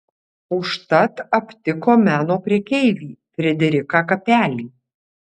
užtat aptiko meno prekeivį frederiką kapelį